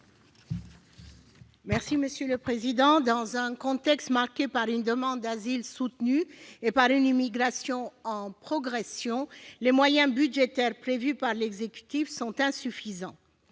Mme Esther Benbassa. Dans un contexte marqué par une demande d'asile soutenue et une immigration en progression, les moyens budgétaires prévus par l'exécutif sont insuffisants.